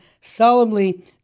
solemnly